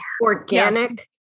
organic